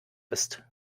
ist